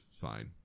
fine